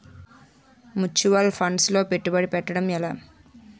Mutual funds లో పెట్టుబడి పెట్టడం ఎలా?